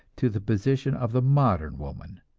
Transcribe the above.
to the position of the modern woman,